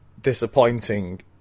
disappointing